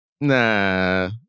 Nah